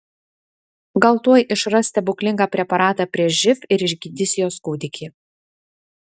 gal tuoj išras stebuklingą preparatą prieš živ ir išgydys jos kūdikį